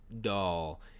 doll